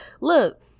Look